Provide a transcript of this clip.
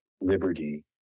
liberty